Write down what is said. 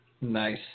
Nice